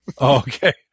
Okay